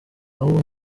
ahubwo